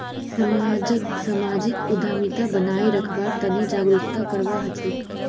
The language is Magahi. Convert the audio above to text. समाजक सामाजिक उद्यमिता बनाए रखवार तने जागरूकता करवा हछेक